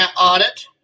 audit